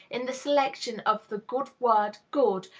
in the selection of the good word good,